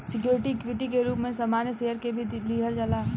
security equity के रूप में सामान्य शेयर के भी लिहल जाला